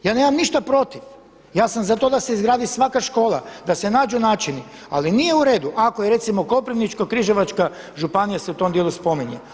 Ja nemam ništa protiv, ja sam za to da se izgradi svaka škola, da se nađu načini, ali nije u redu ako recimo Koprivničko-križevačka županija se u tom dijelu spominje.